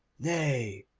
nay,